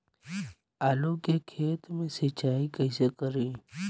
आलू के खेत मे सिचाई कइसे करीं?